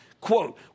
Quote